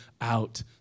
out